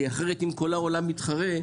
כי אם כל העולם מתחרה,